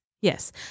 Yes